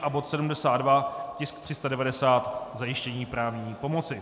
A bod 72, tisk 390, zajištění právní pomoci.